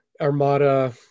armada